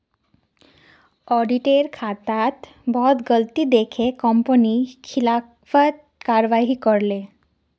auditor खातात बहुत गलती दखे कंपनी खिलाफत कारवाही करले